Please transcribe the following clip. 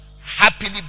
happily